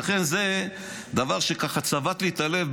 לכן זה דבר שצבט לי את הלב,